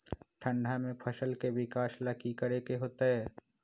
ठंडा में फसल के विकास ला की करे के होतै?